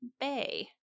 Bay